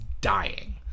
dying